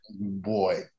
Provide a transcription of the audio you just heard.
Boy